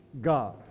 God